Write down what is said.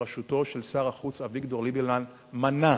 בראשותו של שר החוץ אביגדור ליברמן, מנע